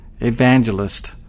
evangelist